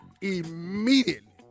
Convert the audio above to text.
Immediately